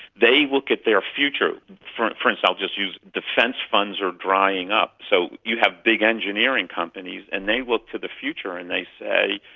they will get their future, for instance, and i'll just use defence funds are drying up, so you have big engineering companies and they look to the future and they say,